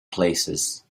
places